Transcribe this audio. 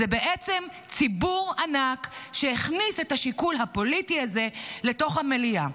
זה בעצם ציבור ענק שהכניס את השיקול הפוליטי הזה לתוך המליאה.